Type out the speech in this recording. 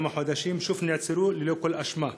כמה חודשים שוב נעצרו ללא כל אשמה.